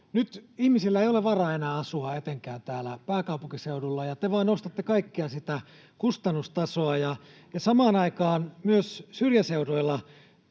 Nyt ihmisillä ei ole varaa enää asua etenkään täällä pääkaupunkiseudulla, ja te vaan nostatte kaikkea sitä kustannustasoa. Samaan aikaan myös syrjäseuduilla,